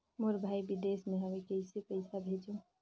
मोर भाई विदेश मे हवे कइसे पईसा भेजो?